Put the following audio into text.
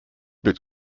mit